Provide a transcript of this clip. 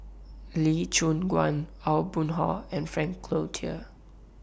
Lee Choon Guan Aw Boon Haw and Frank Cloutier